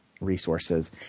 resources